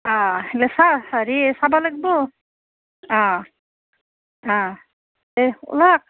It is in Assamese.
অঁ হেৰি চাব লাগিব তে ওলাক